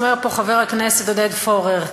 אומר פה חבר הכנסת עודד פורר.